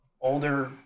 older